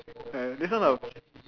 and this kind of